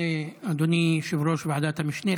אדוני יושב-ראש ועדת המשנה.